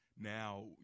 now